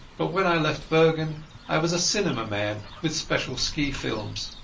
but when i left bergen i was a cinema-man with special ski films.